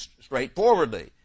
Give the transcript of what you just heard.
straightforwardly